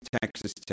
Texas